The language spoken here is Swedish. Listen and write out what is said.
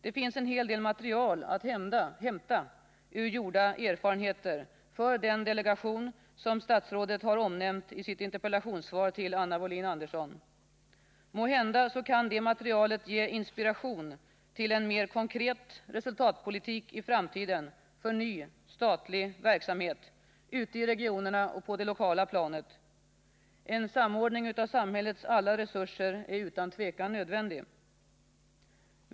Det finns en hel del material att hämta ur gjorda erfarenheter för den delegation som statsrådet har omnämnt i sitt interpellationssvar till Anna Wohlin-Andersson. Måhända kan det materialet ge inspiration till en mer konkret resultatpolitik i framtiden för ny statlig verksamhet ute i regionerna och på det lokala planet. En samordning av samhällets alla resurser är utan tvivel nödvändig.